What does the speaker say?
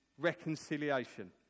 reconciliation